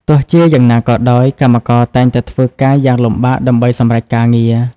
ទោះជាយ៉ាងណាក៏ដោយ កម្មករតែងតែធ្វើការយ៉ាងលំបាកដើម្បីសម្រេចការងារ។